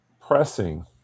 pressing